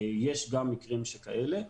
יש גם מקרים שכאלה.